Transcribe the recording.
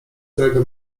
którego